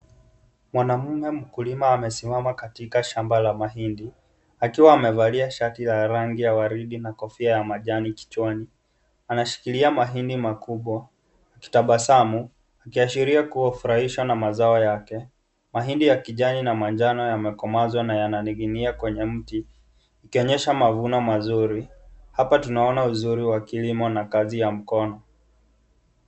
Mwanamume mkulima amesimama katika shamba la mahindi akiwa amevalia shati ya rangi ya waridi na kofia ya majani kichwani anashikilia mahindi makubwa akitabasamu akiashiria kuwa anafurahishwa na mazao yake, mahindi ya kijani na manjano yamekomaa na yananing'inia kwenye mti ukionyesha mavuno mazuri hapa tunaona mazuri ya kilimo na kazi ya mkono.